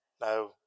Now